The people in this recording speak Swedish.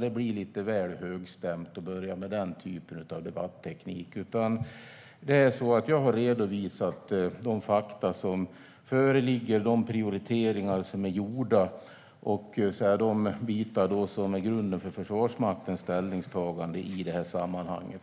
Det blir lite väl högstämt att börja med den typen av debatteknik. Jag har redovisat de fakta som föreligger, de prioriteringar som är gjorda och det som är grunden för Försvarsmaktens ställningstagande i det här sammanhanget.